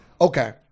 Okay